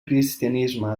cristianisme